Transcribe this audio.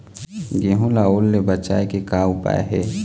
गेहूं ला ओल ले बचाए के का उपाय हे?